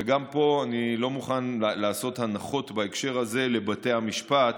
וגם פה אני לא מוכן לעשות הנחות בהקשר הזה לבתי המשפט,